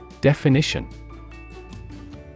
Definition